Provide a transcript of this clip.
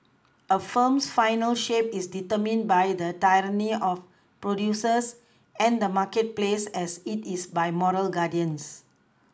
a film's final shape is determined by the tyranny of producers and the marketplace as it is by moral guardians